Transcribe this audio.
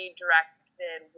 directed